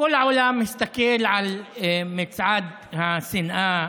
כל העולם הסתכל על מצעד השנאה,